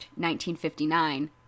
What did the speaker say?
1959